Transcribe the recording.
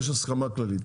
יש הסכמה כללית.